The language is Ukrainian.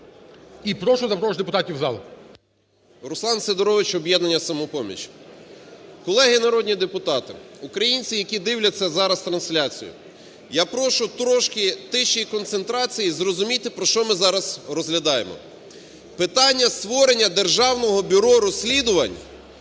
І прошу запросити депутатів в зал. 11:30:12 СИДОРОВИЧ Р.М. Руслан Сидорович, Об'єднання "Самопоміч". Колеги народні депутати, українці, які дивляться зараз трансляцію, я прошу трошки тиші і концентрації зрозуміти про що ми зараз розглядаємо. Питання створення Державного бюро розслідувань